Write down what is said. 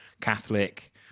catholic